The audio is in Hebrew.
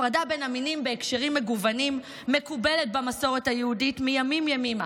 הפרדה בין המינים בהקשרים מגוונים מקובלת במסורת היהודית מימים-ימימה,